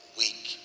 week